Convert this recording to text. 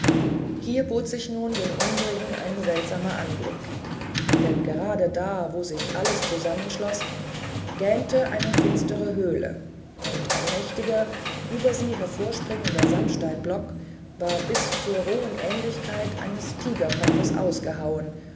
hier bot sich nun den unseligen ein seltsamer anblick denn gerade da wo sich alles zusammenschloß gähnte eine finstere höhle und ein mächtiger über sie hervorspringender sandsteinblock war bis zur rohen ähnlichkeit eines tigerkopfes ausgehauen